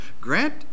grant